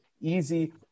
easy